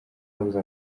babuze